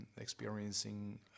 experiencing